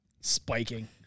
spiking